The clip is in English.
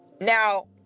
Now